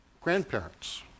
Grandparents